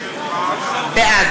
בעד